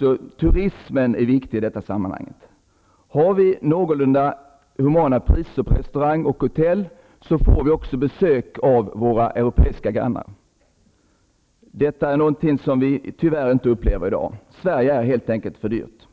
är turismen viktig. Om vi har någorlunda humana priser på restaurang och hotell, får vi också besök av våra europeiska grannar. Detta upplever vi tyvärr inte i dag. Sverige är helt enkelt för dyrt.